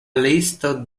listo